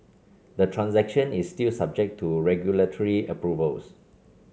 the transaction is still subject to regulatory approvals